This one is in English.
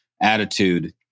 attitude